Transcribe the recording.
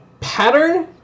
pattern